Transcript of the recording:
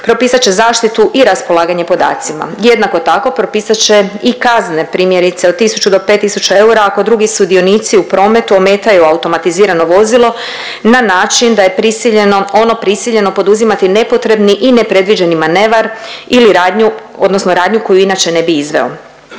propisat će zaštitu i raspolaganje podacima. Jednako tako propisat će i kazne primjerice od 1.000 do 5.000 eura ako drugi sudionici u prometu ometaju automatizirano vozilo na način da je prisiljeno, ono prisiljeno poduzimati nepotrebni i nepredviđeni manevar ili radnju odnosno radnju koju inače ne bi izveo.